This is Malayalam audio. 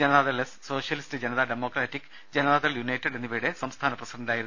Janata Dal S socialist Janata democratic Janata Dal united എന്നിവയുടെ സംസ്ഥാന പ്രസിഡന്റായിരുന്നു